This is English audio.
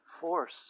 force